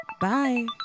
Bye